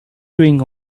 doing